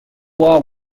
war